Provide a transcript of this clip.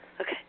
Okay